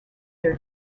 their